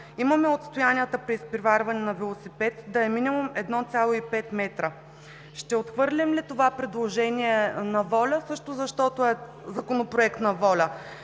Имаме отстоянието при изпреварване на велосипед да е минимум 1,5 м. Ще отхвърлим ли това предложение на „Воля“, също защото е Законопроект на „Воля“?